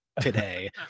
today